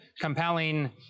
compelling